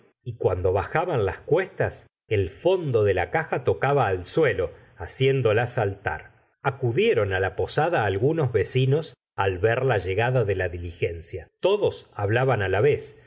y cuando bajaban las cuestas el fondo de la caja tocaba al suelo haciéndola saltar acudieron la posada algunos vecinos ver la llegada de la diligencia todos hablaban la vez